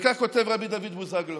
וכך כותב רבי דוד בוזגלו.